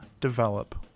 develop